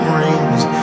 rings